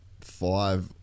five